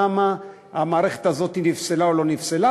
למה המערכת הזו נפסלה או לא נפסלה,